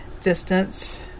distance